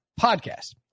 podcast